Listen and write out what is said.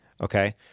Okay